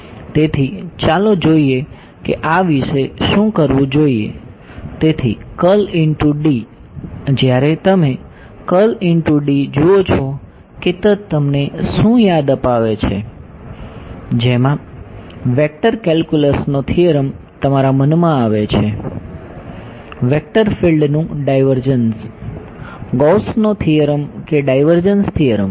તેથી ચાલો જોઈએ કે આ વિશે શું કરવું જોઈએ તેથી જ્યારે તમે જુઓ છો કે તે તમને શું યાદ અપાવે છે જેમાં વેક્ટર કેલ્ક્યુલસનો થીયરમ તમારા મનમાં આવે છે વેક્ટર ફિલ્ડનું ડાઈવર્જન્સ ગૌસ નો થીયરમ કે ડાઈવર્જન્સ થીયરમ